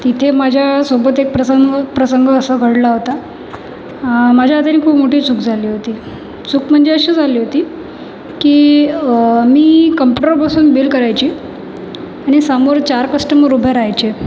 तिथे माझ्यासोबत एक प्रसंग प्रसंग असा घडला होता माझ्या हातून खूप मोठी चूक झाली होती चूक म्हणजे अशी झाली होती की मी कंप्युटरवर बसून बिल करायची आणि समोर चार कस्टमर उभे रहायचे